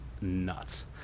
nuts